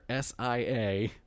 SIA